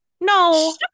no